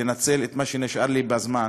לנצל את מה שנשאר לי בזמן.